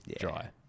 dry